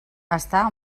estar